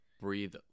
breathe